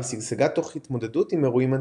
ושגשגה תוך התמודדות עם אירועים אנטישמיים.